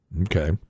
Okay